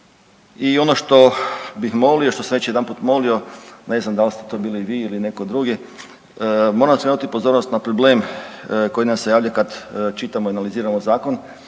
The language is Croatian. I ono što bih molio, što sam već jedanput molio, ne znam dal ste to bili vi ili netko drugi moram skrenuti pozornost na problem koji nam se javlja kad čitamo i analiziramo zakon,